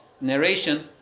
narration